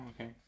okay